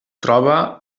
troba